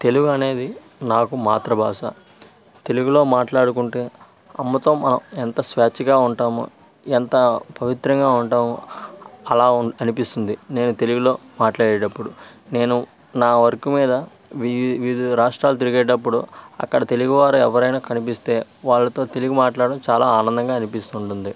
తెలుగు అనేది నాకు మాతృభాష తెలుగులో మాట్లాడుకుంటే అమ్మతో మా ఎంత స్వేచ్ఛగా ఉంటామో ఎంత పవిత్రంగా ఉంటామో అలా అనిపిస్తుంది నేను తెలుగులో మాట్లాడేటప్పుడు నేను నా వర్క్ మీద వివిధ రాష్ట్రాలు తిరిగేటప్పుడు అక్కడ తెలుగువారు ఎవరైనా కనిపిస్తే వాళ్లతో తెలుగు మాట్లాడడం చాలా ఆనందంగా అనిపిస్తూ ఉంటుంది